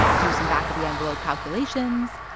do some back-of-the-envelope calculations,